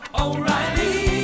O'Reilly